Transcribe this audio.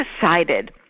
decided